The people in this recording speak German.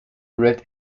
red